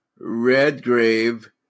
Redgrave